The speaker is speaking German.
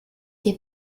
die